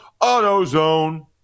AutoZone